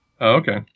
Okay